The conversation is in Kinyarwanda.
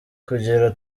kugira